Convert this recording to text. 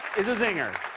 is a zinger.